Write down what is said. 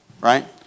Right